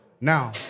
Now